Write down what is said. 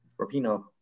Rapino